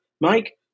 Mike